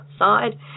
outside